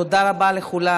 תודה רבה לכולם.